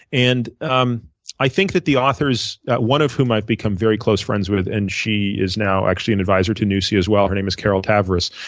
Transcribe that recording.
and um i think that the authors, one of whom i've become very close friends with and she is now actually an advisor to nusi as well, her name is carol tavris.